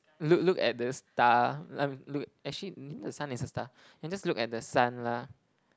look look at the star li~ mm actually you know the sun is a star can just look at the sun lah